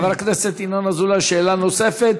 חבר הכנסת ינון אזולאי, שאלה נוספת,